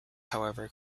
however